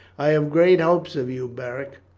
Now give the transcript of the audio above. i have great hopes of you, beric.